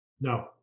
No